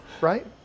right